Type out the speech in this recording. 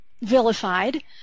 vilified